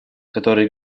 которое